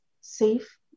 safe